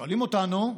שואלים אותנו: